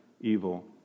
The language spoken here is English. evil